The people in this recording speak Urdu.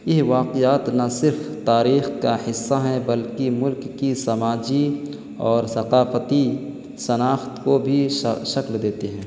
یہ واقعات نہ صرف تاریخ کا حصہ ہیں بلکہ ملک کی سماجی اور ثقافتی شناخت کو بھی شکل دیتے ہیں